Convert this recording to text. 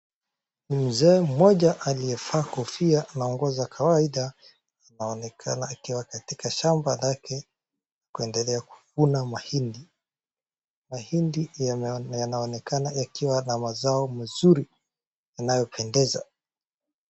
Mzee mmoja aliyevaa kofia na nguo za kawaida anaonekana akiwa katika shamba lake akiendelea kuvuna mahindi. Mahindi yana, yanaonekana yakiwa na mazao mzuri, inayopendeza.